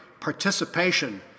participation